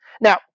Now